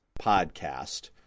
podcast